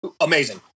amazing